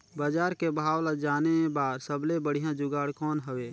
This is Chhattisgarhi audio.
बजार के भाव ला जाने बार सबले बढ़िया जुगाड़ कौन हवय?